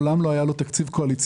מעולם לא היה תקציב קואליציוני.